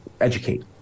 educate